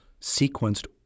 sequenced